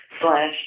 slash